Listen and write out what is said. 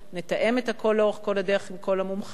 נתאם את הכול לאורך כל הדרך עם כל המומחים,